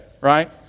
right